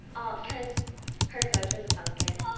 ah because her coach was a pumpkin